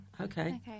Okay